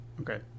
Okay